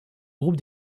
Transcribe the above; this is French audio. groupe